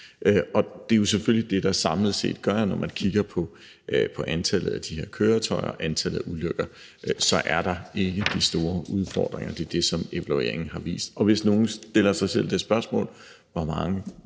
Det er jo selvfølgelig det, der samlet set gør, at der, når man kigger på antallet af de her køretøjer og antallet af ulykker, så ikke er de store udfordringer. Det er det, som evalueringen har vist. Og hvis nogen stiller sig selv spørgsmålet om, hvor mange